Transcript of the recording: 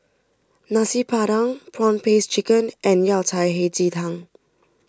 Nasi Padang Prawn Paste Chicken and Yao Cai Hei Ji Tang